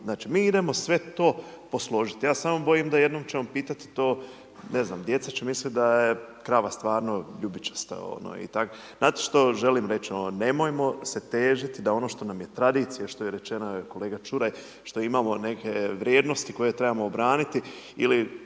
Znači, mi idemo sve to posložiti. Ja se samo bojim da jednom ćemo pitati to, ne znam, djeca će misliti da je krava stvarno ljubičasta. Znate što želim reći, nemojmo se težiti da ono što nam je tradicija, što je rečeno kolega Čuraj, što imamo neke vrijednosti koje trebamo obraniti ili